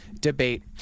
debate